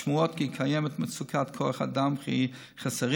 השמועות שקיימת מצוקת כוח אדם ושחסרים